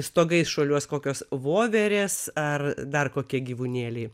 stogais šuoliuos kokios voverės ar dar kokie gyvūnėliai